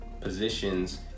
positions